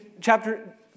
chapter